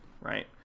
Right